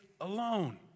alone